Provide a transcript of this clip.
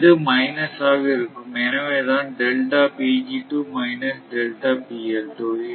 இது மைனஸ் ஆக இருக்கும்